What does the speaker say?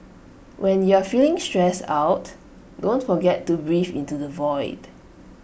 when you are feeling stressed out don't forget to breathe into the void